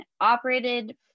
operated